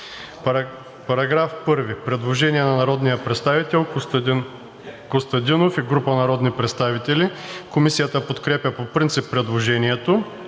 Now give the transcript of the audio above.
По § 2 има предложение на народния представител Костадин Костадинов и група народни представители. Комисията подкрепя по принцип предложението.